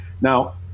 Now